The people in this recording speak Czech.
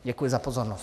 Děkuji za pozornost.